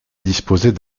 disposait